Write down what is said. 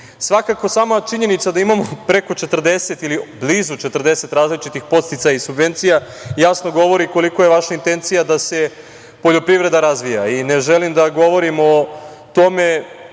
sama činjenica da imamo preko 40 ili blizu 40 različitih podsticaja i subvencija jasno govori koliko je vaša intencija da se poljoprivreda razvija. Ne želim da govorim o tome